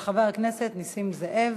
של חבר הכנסת נסים זאב.